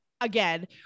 Again